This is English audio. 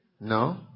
No